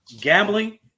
Gambling